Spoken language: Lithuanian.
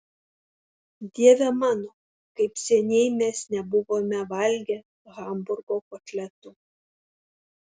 dieve mano kaip seniai mes nebuvome valgę hamburgo kotletų